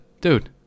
Dude